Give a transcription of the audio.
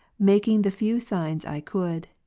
making the few signs i could,